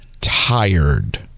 tired